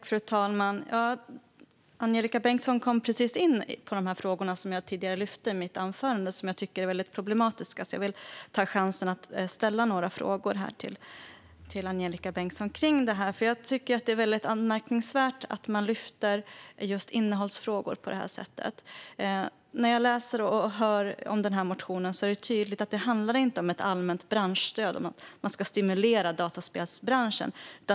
Fru talman! Angelika Bengtsson kom in på de frågor som jag tog upp i mitt anförande och som jag tycker är problematiska. Därför tar jag nu chansen att debattera detta med Angelika Bengtsson. Det är anmärkningsvärt att Sverigedemokraterna tar upp innehållsfrågor på detta sätt. När jag läser och hör om denna motion blir det tydligt att det inte handlar om ett allmänt branschstöd för att stimulera dataspelsbranschen.